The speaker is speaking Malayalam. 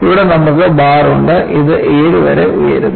ഇവിടെ നമുക്ക് ബാർ ഉണ്ട് ഇത് 7 വരെ ഉയരുന്നു